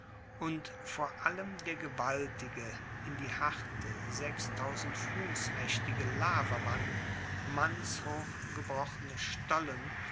und vor allem der gewaltige in die harte sechstausend fuss maechtige lavawand mannshoch gebrochene stollen